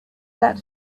that